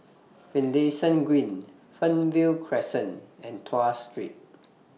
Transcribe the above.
Finlayson Green Fernvale Crescent and Tuas Street